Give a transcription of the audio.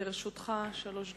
לרשותך שלוש דקות.